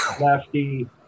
Lefty